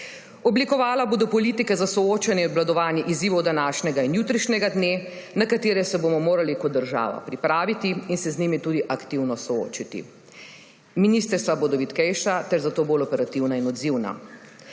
Oblikovala bo do politike za soočanje obvladovanje izzivov današnjega in jutrišnjega dne, na katere se bomo morali kot država pripraviti in se z njimi tudi aktivno soočiti. Ministrstva bodo vitkejša ter zato bolj operativne in odzivna.